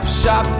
shop